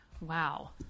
Wow